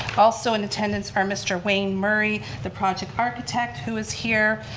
also in attendance are mr. wayne murray, the project architect who is here.